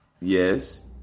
yes